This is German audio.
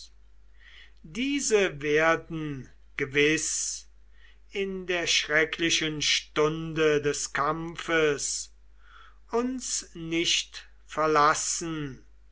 diese werden gewiß in der schrecklichen stunde des kampfes uns nicht lange verlassen